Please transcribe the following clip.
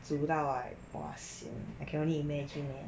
煮到 like !wah! sian I can only imagine man